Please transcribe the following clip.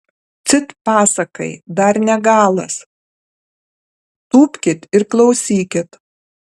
cit pasakai dar ne galas tūpkit ir klausykit